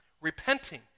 repenting